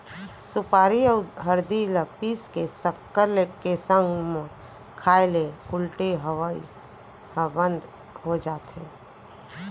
सुपारी अउ हरदी ल पीस के सक्कर के संग म खाए ले उल्टी अवई ह बंद हो जाथे